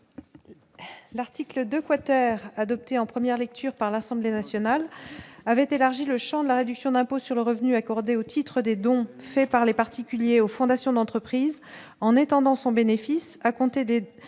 L'article 2 quater adopté en première lecture par l'Assemblée nationale avait élargi le Champ de la réduction d'impôt sur le revenu, accordée au titre des dons faits par les particuliers aux fondations d'entreprise en étendant son bénéfice, à compter de